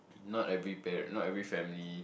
not every parent not every family